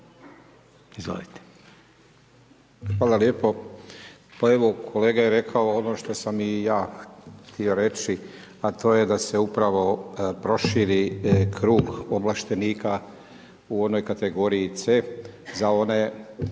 (Nezavisni)** Hvala lijepo. Pa evo kolega je rekao ono što sam i ja htio reći, a to je da se upravo proširi krug ovlaštenika u onoj kategoriji C za one